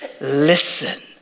Listen